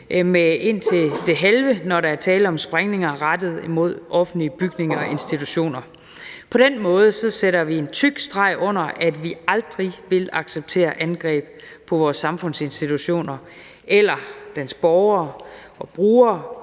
med indtil det halve, når der er tale om sprængninger rettet mod offentlige bygninger og institutioner. Vi sætter på den måde en tyk streg under, at vi aldrig vil acceptere angreb på vores samfundsinstitutioner eller borgerne, brugerne,